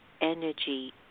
energy